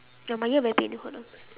ya my ear very pain hold on